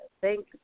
Thank